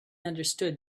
understood